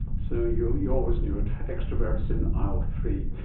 so you you always knew it, extroverts in aisle three.